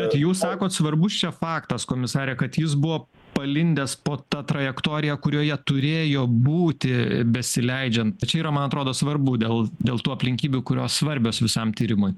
bet jūs sakot svarbus čia faktas komisare kad jis buo palindęs po ta trajektorija kurioje turėjo būti besileidžiant čia yra man atrodo svarbu dėl dėl tų aplinkybių kurios svarbios visam tyrimui